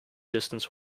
distance